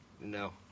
No